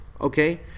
okay